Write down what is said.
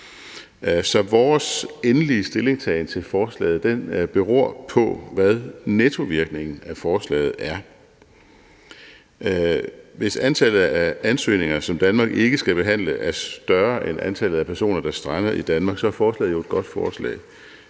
Så vores endelige stillingtagen til forslaget beror på, hvad nettovirkningen af forslaget er. Hvis antallet af ansøgninger, som Danmark ikke skal behandle, er større end antallet af personer, der er strandet i Danmark, så er forslaget jo et godt forslag.